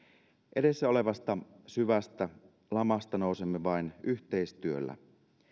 edessä olevasta syvästä lamasta nousemme vain yhteistyöllä